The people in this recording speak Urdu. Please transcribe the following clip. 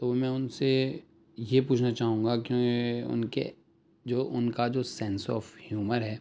تو میں ان سے یہ پوچھنا چاہوں گا کہ ان کے جو ان کا جو سینس آف ہیومر ہے